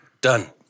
Done